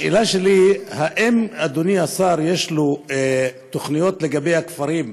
השאלה שלי היא האם לאדוני השר יש תוכניות לגבי הכפרים הבדואיים,